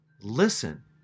Listen